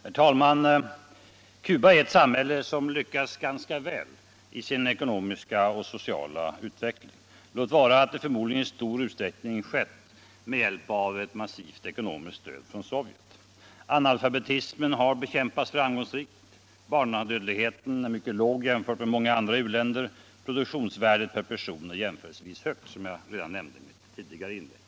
Herr talman! Cuba är ett samhälle som har lyckats ganska väl i sin ekonomiska och sociala utveckling — låt vara att detta förmodligen i stor utsträckning har skett med hjälp av ett massivt ekonomiskt stöd från Sovjet. Analfabetismen har bekämpats framgångsrikt. Barnadödligheten är mycket låg jämförd med många andra länders. Produktionsvärdet per person är jämförelsevis högt, som jag nämnde redan i mitt tidigare inlägg.